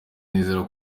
nizera